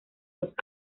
los